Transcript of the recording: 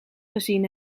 gezien